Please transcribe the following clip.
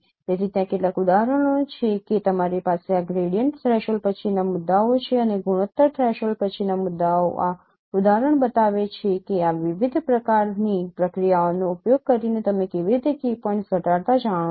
તેથી ત્યાં કેટલાક ઉદાહરણો છે કે તમારી પાસે ગ્રેડિયન્ટ થ્રેશોલ્ડ પછીના મુખ્ય મુદ્દાઓ છે અને ગુણોત્તર થ્રેશોલ્ડ પછીના મુખ્ય મુદ્દાઓ આ ઉદાહરણ બતાવે છે કે આ વિવિધ પ્રકારની પ્રક્રિયાઓનો ઉપયોગ કરીને તમે કેવી રીતે કી પોઇન્ટ્સ ઘટાડતા જાણો છો